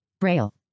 Braille